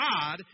God